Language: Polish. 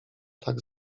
tak